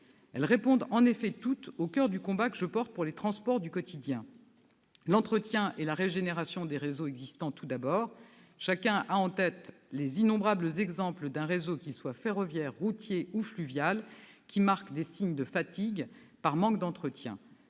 Elles répondent en effet toutes au coeur du combat que je mène pour les transports du quotidien. Il préconise tout d'abord l'entretien et la régénération des réseaux existants. Chacun a en tête les innombrables exemples d'un réseau, qu'il soit ferroviaire, routier ou fluvial, qui marque des signes de fatigue par manque d'entretien.